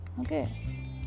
okay